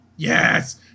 yes